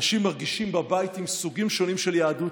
אנשים מרגישים בבית עם סוגים שונים של יהדות.